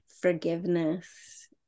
forgiveness